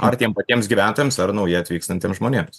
ar tiem patiems gyventojams ar naujai atvykstantiems žmonėms